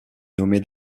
nommé